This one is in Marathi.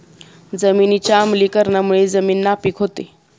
जमिनीच्या आम्लीकरणामुळे जमीन नापीक होते